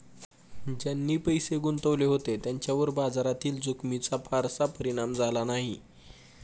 ज्यांनी पैसे गुंतवले होते त्यांच्यावर बाजारातील जोखमीचा फारसा परिणाम झाला नाही